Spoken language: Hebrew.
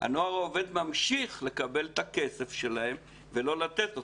הנוער העובד ממשיך לקבל את הכסף שלהם ולא לתת אותו.